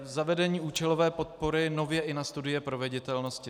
Zavedení účelové podpory nově i na studie proveditelnosti.